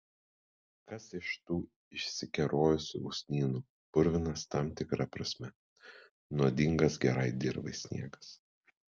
kas iš tų išsikerojusių usnynų purvinas tam tikra prasme nuodingas gerai dirvai sniegas